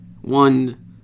One